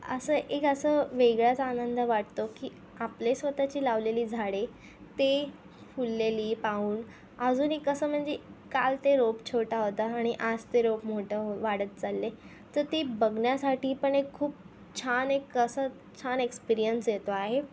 असं एक असं वेगळाच आनंद वाटतो की आपले स्वत ची लावलेली झाडे ते फुललेली पाहून अजून एक असं म्हणजे काल ते रोप छोटा होता आणि आज ते रोप मोठं वाढत चाललं आहे तर ते बघण्यासाठी पण एक खूप छान एक असं छान एक्सपीरियन्स येतो आहे